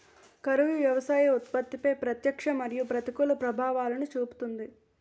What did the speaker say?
కరువు వ్యవసాయ ఉత్పత్తిపై ప్రత్యక్ష మరియు ప్రతికూల ప్రభావాలను చూపుతుంది